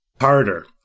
harder